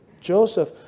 Joseph